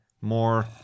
more